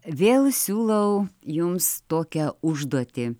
vėl siūlau jums tokią užduotį